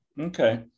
Okay